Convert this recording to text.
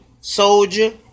soldier